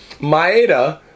Maeda